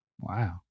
Wow